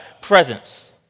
presence